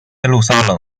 耶路撒冷